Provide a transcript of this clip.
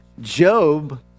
Job